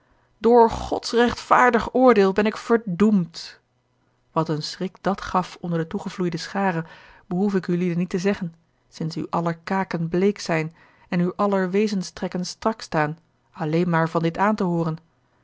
door gods rechtvaardig oordeel ben ik verdoemd wat een schrik dat gaf onder de toegevloeide schare dat behoef ik ulieden niet te zeggen sinds uw aller kaken bleek zijn en uw aller wezenstrekken strak staan alleen maar van dit aan te hooren